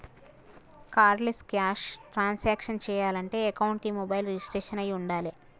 cardless cash transactions చెయ్యాలంటే అకౌంట్కి mobile register అయ్యి వుండాలే